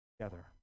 together